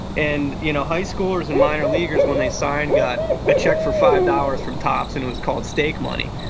and you know high schoolers and minor leaguers when they sign, got a check for five dollars from topps, and it was called stake money,